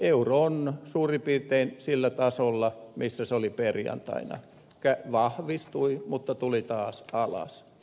euro on suurin piirtein sillä tasolla missä se oli perjantaina vahvistui mutta tuli taas alas